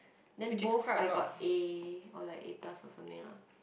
then both I got A or like a plus or something lah